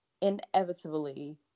inevitably